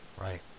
Right